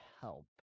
help